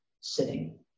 sitting